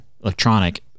electronic